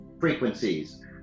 frequencies